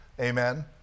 Amen